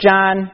John